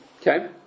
okay